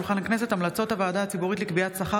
המלצות הוועדה הציבורית לקביעת שכר